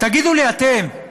תגידו לי אתם,